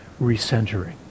recentering